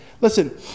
listen